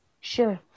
Sure